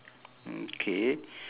okay